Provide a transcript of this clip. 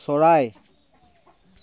চৰাই